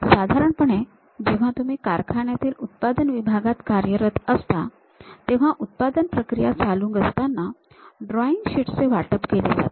साधारणपणे जेव्हा तुम्ही कारखान्यातील उत्पादन विभागात कार्यरत असता तेव्हा उत्पादन प्रक्रिया चालू असताना ड्रॉईंग शीट्स चे वाटप केले जाते